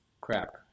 Crap